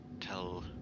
tell